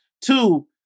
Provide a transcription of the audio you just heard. Two